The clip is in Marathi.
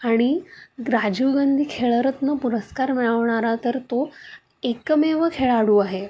आणि राजीव गांधी खेळरत्न पुरस्कार मिळवणारा तर तो एकमेव खेळाडू आहे